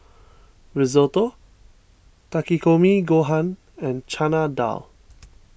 Risotto Takikomi Gohan and Chana Dal